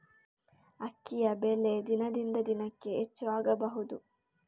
ಅಕ್ಕಿಯ ಬೆಲೆ ದಿನದಿಂದ ದಿನಕೆ ಹೆಚ್ಚು ಆಗಬಹುದು?